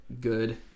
good